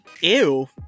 Ew